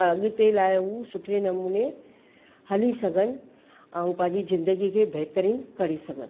अॻिते लाइ हूअ सुठे नमूने हली सघनि ऐं पंहिंजी ज़िंदगी खे बहितरीन करे सघनि